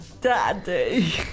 daddy